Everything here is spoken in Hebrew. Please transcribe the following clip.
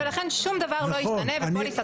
נכון, ולכן שום דבר לא ישתנה בפוליסת משלים שב"ן.